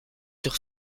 sur